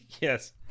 Yes